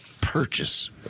purchase